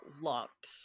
locked